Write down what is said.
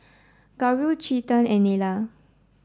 Gauri Chetan and Neila